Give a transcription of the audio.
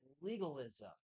Legalism